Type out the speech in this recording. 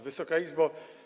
Wysoka Izbo!